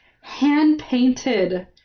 Hand-painted